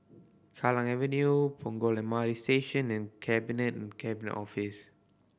Kallang Avenue Punggol M R T Station and Cabinet Cabinet Office